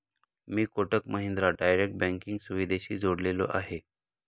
मी Kotak Mahindra direct banking सुविधेशी जोडलेलो आहे?